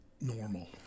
normal